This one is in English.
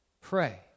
Pray